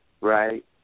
right